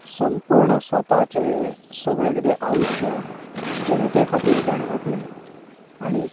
संपूर्ण स्वताचें सगळें कितें आयुश्य जनते खातीर ताणें ओंपलें आनी